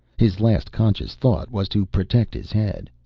his last conscious thought was to protect his head.